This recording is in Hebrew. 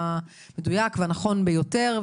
המדויק והנכון ביותר.